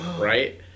right